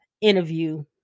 interview